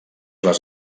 les